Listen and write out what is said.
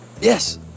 yes